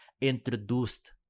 introduced